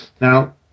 Now